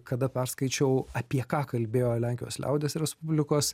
kada perskaičiau apie ką kalbėjo lenkijos liaudies respublikos